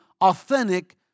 authentic